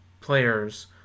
players